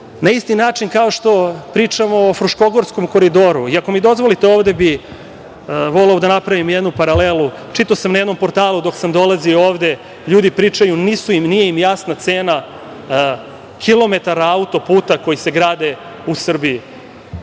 Na isti način kao što pričamo o Fruškogorskom koridoru. Ako mi dozvolite, ovde bih voleo da napravim jednu paralelu. Čitao sam na jednom portalu dok sam dolazio ovde, ljudi pričaju, nije im jasna cena kilometara autoputeva koji se grade u Srbiji.